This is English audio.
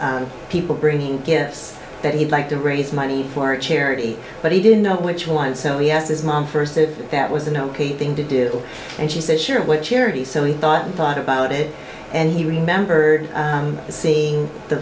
asked people bring gifts that he'd like to raise money for charity but he didn't know which one so he asked his mom first if that was an ok thing to do and she said sure what charity so he thought and thought about it and he remembered seeing the